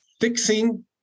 fixing